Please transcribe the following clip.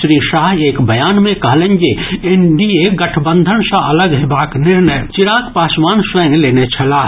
श्री शाह एक बयान मे कहलनि जे एनडीए गठबंधन सँ अलग हेबाक निर्णय चिराग पासवान स्वयं लेने छलाह